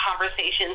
conversations